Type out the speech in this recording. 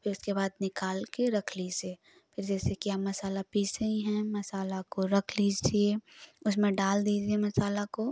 फिर उसके बाद निकाल कर रख लीज़िए फिर जैसे कि हम मसाला पीसे ही हैं मसाला को रख लीजिए उसमें डाल दीजिए मसाला को